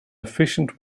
efficient